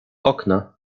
okna